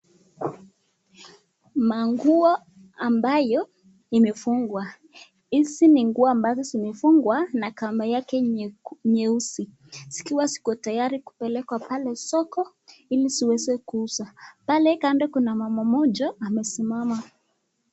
Manguo ambayo imefungwa. Hizi ni nguo ambazo zimefungwa na kamba yake nyeusi. Zikiwa ziko tayari kupelekwa pale soko ili ziweze kuuza. Pale kando kuna mama mmoja amesimama.